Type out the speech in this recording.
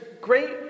great